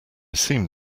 seem